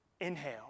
Inhale